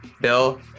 bill